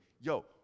yo